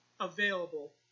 available